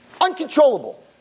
Uncontrollable